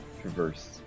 traverse